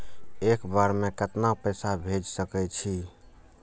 एक बार में केतना पैसा भेज सके छी?